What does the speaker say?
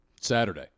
Saturday